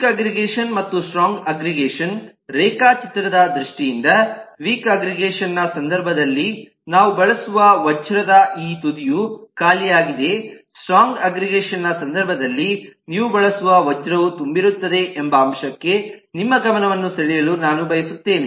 weak aggregation ಮತ್ತು strong aggregation ರೇಖಾಚಿತ್ರದ ದೃಷ್ಟಿಯಿಂದ ವೀಕ್ ಅಗ್ರಿಗೇಷನ್ ನ ಸಂದರ್ಭದಲ್ಲಿ ನಾವು ಬಳಸುವ ವಜ್ರದ ಈ ತುದಿಯು ಖಾಲಿಯಾಗಿದೆ ಸ್ಟ್ರಾಂಗ್ ಅಗ್ರಿಗೇಷನ್ ಸಂದರ್ಭದಲ್ಲಿ ನೀವು ಬಳಸುವ ವಜ್ರವು ತುಂಬಿರುತ್ತದೆ ಎಂಬ ಅಂಶಕ್ಕೆ ನಿಮ್ಮ ಗಮನವನ್ನು ಸೆಳೆಯಲು ನಾನು ಬಯಸುತ್ತೇನೆ